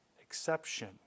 exception